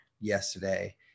yesterday